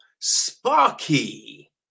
sparky